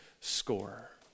score